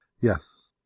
Yes